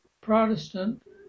Protestant